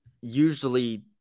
Usually